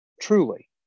truly